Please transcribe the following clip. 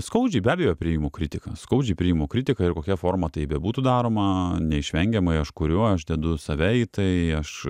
skaudžiai be abejo priimu kritiką skaudžiai priimu kritiką ir kokia forma tai bebūtų daroma neišvengiamai aš kuriu aš dedu save į tai aš